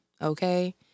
Okay